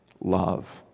love